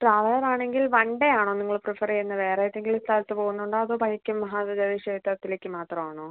traveller ആണെങ്കിൽ one ണ്ടെ ആണോ നിങ്ങൾ പ്രിഫെർ ചെയ്യുന്നത് വേറെ ഏതെങ്കിലും സ്ഥലത്ത് പോവുന്നുണ്ടോ അതോ വൈക്കം മഹാദേവ ക്ഷേത്രത്തിലേക്ക് മാത്രമാണോ